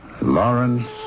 Lawrence